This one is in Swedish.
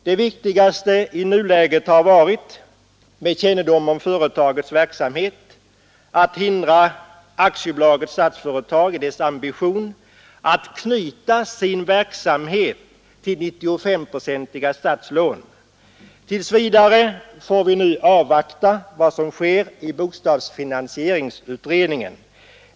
Det viktigaste i nuläget har varit med kännedom om företagets verksamhet att hindra AB Stadsföretag i dess ambition att knyta sin verksamhet till 95-procentiga statslån. Tills vidare får vi nu avvakta vad som sker i bostadsfinansieringsutredningen.